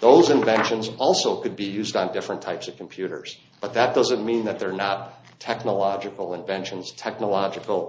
those inventions also could be used on different types of computers but that doesn't mean that they're not technological inventions technological